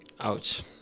Ouch